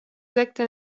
sekte